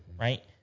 right